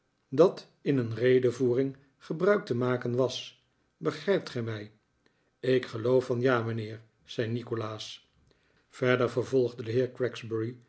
dat in een redevoering gebruik te maken was begrijpt gij mij i'k geloof van ja mijnheer zei nikolaas verder vervolgde de heer